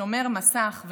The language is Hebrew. שומר מסך,